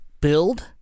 build